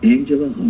Angela